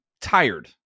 tired